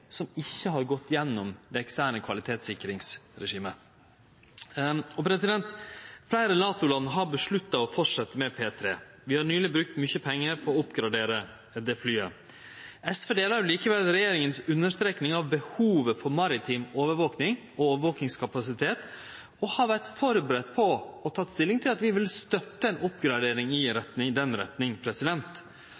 som ikkje har gått gjennom det eksterne kvalitetssikringsregimet. Fleire NATO-land har vedteke å fortsetje med P-3 Orion. Vi har nyleg brukt mykje pengar på å oppgradere det flyet. SV deler likevel regjeringa si understreking av behovet for maritim overvakingskapasitet og har vore forberedt på og teke stilling til at vi vil støtte ei oppgradering i